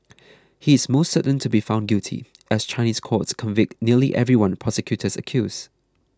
he is almost certain to be found guilty as Chinese courts convict nearly everyone prosecutors accuse